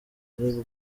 ari